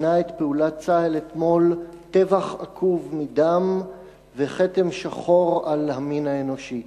כינה את פעולת צה"ל אתמול "טבח עקוב מדם וכתם שחור על המין האנושי".